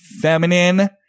feminine